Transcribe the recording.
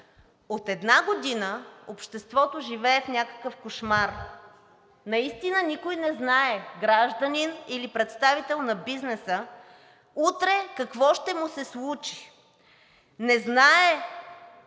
От една година обществото живее в някакъв кошмар. Наистина никой не знае – гражданин, или представител на бизнеса, утре какво ще му се случи. Не знае